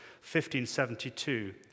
1572